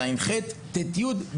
ז'-ח׳ ו- ט׳-י׳.